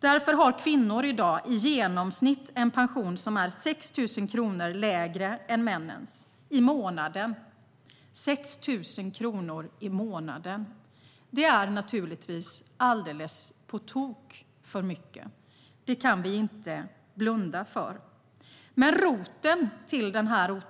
Därför har kvinnor i dag i genomsnitt en pension som är 6 000 kronor lägre än männens i månaden. 6 000 kronor i månaden är naturligtvis alldeles på tok för mycket. Det kan vi inte blunda för. Roten till den här